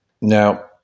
Now